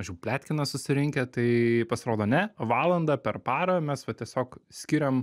mažiau pletkina susirinkę tai pasirodo ne valandą per parą mes va tiesiog skiriam